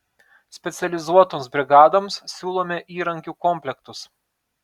specializuotoms brigadoms siūlome įrankių komplektus